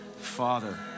Father